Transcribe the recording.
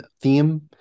theme